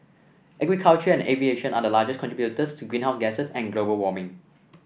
agriculture and aviation are the largest contributors to greenhouse gases and global warming